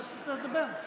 חברי